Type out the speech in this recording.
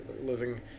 living